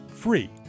free